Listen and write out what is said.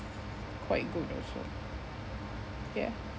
quite good also ya